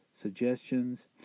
suggestions